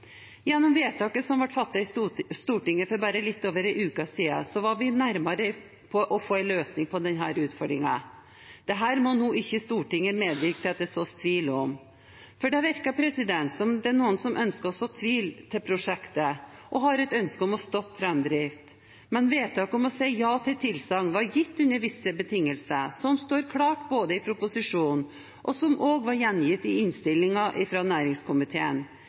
gjennom regjeringens havstrategi og nordområdestrategi. Gjennom vedtaket som ble fattet i Stortinget for bare litt over en uke siden, var vi nærmere å få en løsning på denne utfordringen. Dette må ikke Stortinget nå medvirke til å så tvil om. For det virker som om det er noen som ønsker å så tvil om prosjektet og ønsker å stoppe framdriften. Men vedtaket om å si ja til tilsagn var gitt under visse betingelser, som står klart i proposisjonen, og som også var gjengitt i innstillingen fra næringskomiteen.